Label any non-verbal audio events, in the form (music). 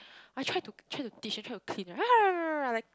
I try to try to teach then try to clean right (noise) like